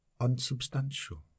unsubstantial